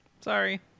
sorry